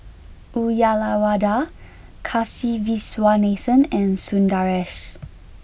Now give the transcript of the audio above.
Uyyalawada Kasiviswanathan and Sundaresh